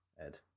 Ed